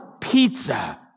pizza